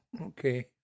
okay